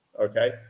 Okay